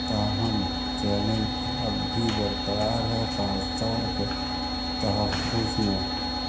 تاہم چیلنج اب بھی برقرار ہے خاص طور پر تحفظ